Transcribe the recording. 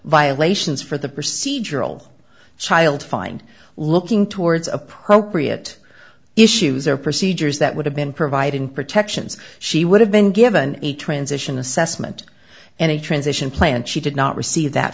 violations for the procedural child find looking towards appropriate issues or procedures that would have been providing protections she would have been given a transition assessment and a transition plan she did not receive that